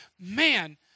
man